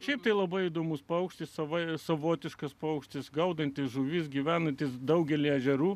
šiaip tai labai įdomus paukštis savaip savotiškas paukštis gaudanti žuvis gyvenantys daugelyje ežerų